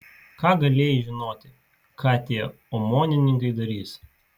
ką galėjai žinoti ką tie omonininkai darys